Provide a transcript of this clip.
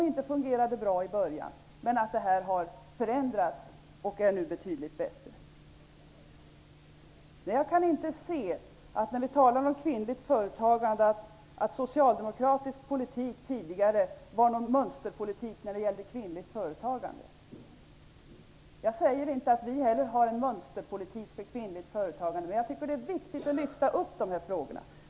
De fungerade inte bra i början. Men det har förändrats och är nu betydligt bättre. Jag kan inte se att socialdemokratisk politik tidigare var någon mönsterpolitik när det gällde kvinnligt företagande. Jag säger inte att vi har en mönsterpolitik för kvinnligt företagande, men det är viktigt att lyfta upp dessa frågor.